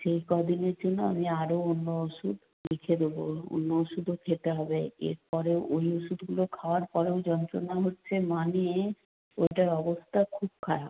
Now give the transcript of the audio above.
সেই কদিনের জন্য আমি আরও অন্য ওষুধ লিখে দেবো অন্য ওষুধও খেতে হবে এর পরেও ওই ওষুধগুলো খাওয়ার পরেও যন্ত্রণা হচ্ছে মানে ওটার অবস্থা খুব খারাপ